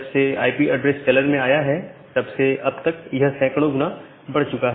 जबसे IP address चलन में आया है तब से अब तक यह सैकड़ों गुना बढ़ चुका है